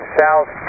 south